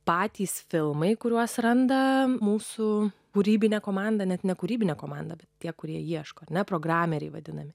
patys filmai kuriuos randa mūsų kūrybinė komanda net ne kūrybinė komanda tie kurie ieško ne programeriai vadinami